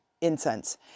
incense